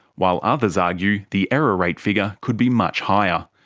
while others argue the error rate figure could be much higher.